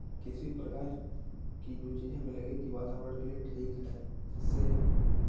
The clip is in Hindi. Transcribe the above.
किसी भी प्रकार की जो चीज़ें हमें लगे कि वातावरण के लिए ठीक है जिससे